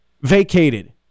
vacated